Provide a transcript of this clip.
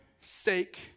sake